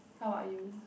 how are you